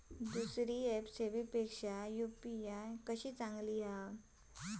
दुसरो ऍप सेवेपेक्षा यू.पी.आय कसो चांगलो हा?